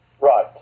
Right